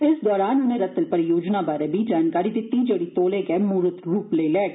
इस दौरान उनें रतल परियोजना बारै बी जानकारी दित्ती जेड़ी तौले गै मूरत रूप लेई लैग